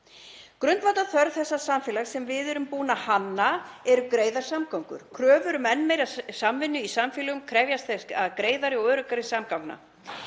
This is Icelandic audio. Grundvallarþörf þessa samfélags sem við erum búin að hanna eru greiðar samgöngur. Kröfur um enn meiri samvinnu í samfélögum krefjast greiðari og öruggari samgangna.